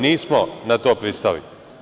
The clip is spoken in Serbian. Nismo na to pristali.